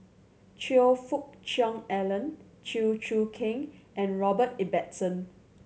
Choe Fook Cheong Alan Chew Choo Keng and Robert Ibbetson